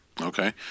Okay